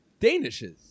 Danishes